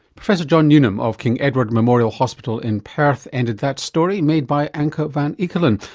professor john newnham of king edward memorial hospital in perth ended that story made by anke ah van eekelen.